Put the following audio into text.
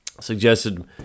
suggested